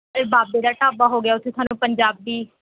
ਅਤੇ ਬਾਬੇ ਦਾ ਢਾਬਾ ਹੋ ਗਿਆ ਉੱਥੇ ਤੁਹਾਨੂੰ ਪੰਜਾਬੀ